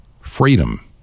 Freedom